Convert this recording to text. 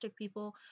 people